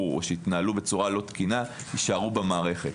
או שהתנהלו בצורה לא תקינה יישארו במערכת.